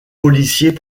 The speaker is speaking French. policiers